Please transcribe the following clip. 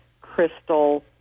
crystal